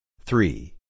Three